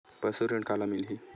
पशु ऋण काला मिलही?